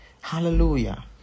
hallelujah